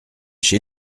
chez